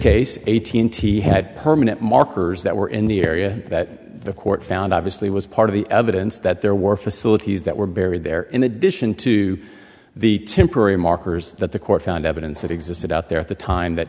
case eighteen t had permanent markers that were in the area that the court found obviously was part of the evidence that there were facilities that were buried there in addition to the temporary markers that the court found evidence that existed out there at the time that